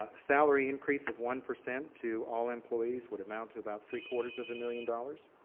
ah salary increase of one percent to all employees would amount to about three quarters of a million dollars.